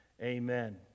Amen